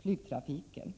flygtrafiken.